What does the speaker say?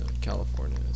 California